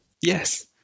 Yes